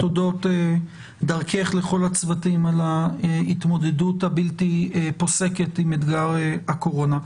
תודות דרכך לכל הצוותים על ההתמודדות הבלתי פוסקת עם אתגר הקורונה.